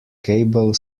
cable